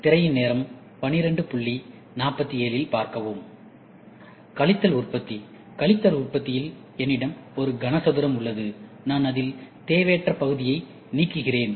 திரையின் நேரம் 1247 இல் பார்க்கவும் கழித்தல் உற்பத்தி கழித்தல் உற்பத்தியில் என்னிடம் ஒரு கனசதுரம் உள்ளதுநான் அதில் தேவையற்ற பகுதியை நீக்குகிறேன்